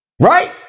Right